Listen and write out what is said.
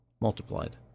multiplied